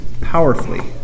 powerfully